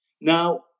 Now